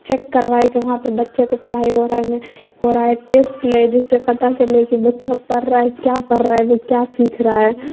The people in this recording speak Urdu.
چیک کروا ہے کہ وہاں پہ بچے کو پڑھائی ہو رہا ہے ہو رہا ہے ٹیسٹ لے جس سے پتہ چلے کہ بچہ پڑھ رہا ہے کیا پڑھ رہا ہے وہ کیا سیکھ رہا ہے